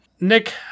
Nick